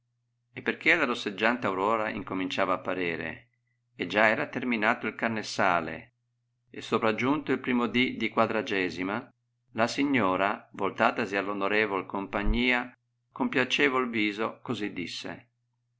e pei'chè la rosseggiante aurora incominciava apparere e già era terminato il carnessale e sopragiunto il primo di di quadragesima la signora voltatasi all onorevol compagnia con piacevol viso così disse